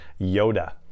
Yoda